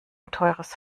teures